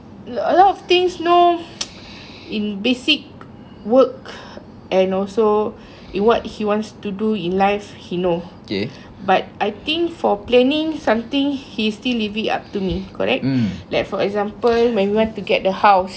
a lot of things know in basic work and also it what he wants to do in life he know to but I think for planning something he still leave it up to me correct like for example when you went to get the house